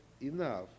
enough